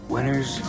Winners